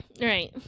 right